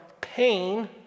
pain